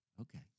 Okay